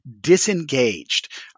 disengaged